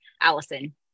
Allison